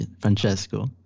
Francesco